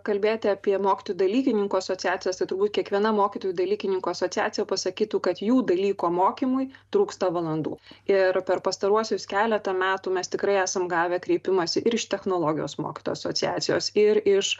kalbėti apie mokytojų dalykininkų asociacijas tai turbūt kiekviena mokytojų dalykininkų asociacija pasakytų kad jų dalyko mokymui trūksta valandų ir per pastaruosius keletą metų mes tikrai esam gavę kreipimąsi ir iš technologijos mokytojų asociacijos ir iš